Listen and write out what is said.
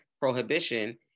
prohibition